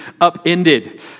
upended